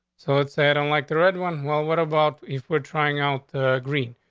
so it's i don't like the red one. well, what about if we're trying out green?